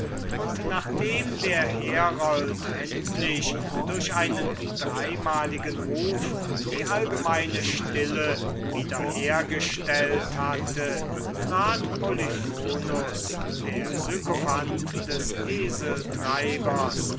und nachdem der herold endlich durch einen dreimaligen ruf die allgemeine stille wieder hergestellt hatte trat polyphonus der sykophant des